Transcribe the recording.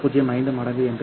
5 மடங்கு என்று பொருள்